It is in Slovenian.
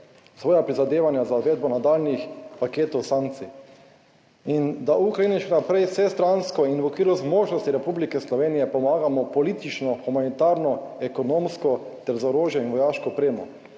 svoja prizadevanja za uvedbo nadaljnjih paketov sankcij in da Ukrajini še naprej vsestransko in v okviru zmožnosti Republike Slovenije pomagamo politično, humanitarno, ekonomsko ter z orožjem in vojaško opremo